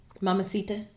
Mamacita